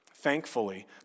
Thankfully